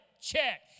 check